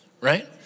right